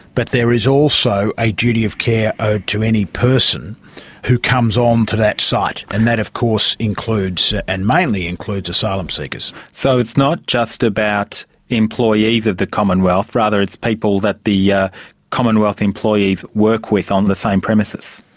but there is also a duty of care owed to any person who comes on to that site, and that of course includes and mainly includes asylum seekers. so it's not just about employees of the commonwealth, rather it's people that the yeah commonwealth employees work with on the same premises.